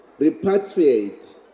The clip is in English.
repatriate